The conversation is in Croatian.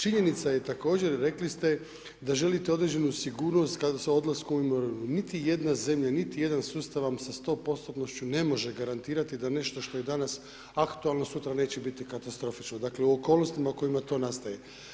Činjenica je također, rekli ste da želite određenu sigurnost kada se odlasku u mirovinu, niti jedna zemlja, niti jedan sustav vam sa 100%-tnošću ne može garantirati da nešto što je danas aktualno sutra neće biti katastrofično, dakle u okolnostima u kojima to nastaje.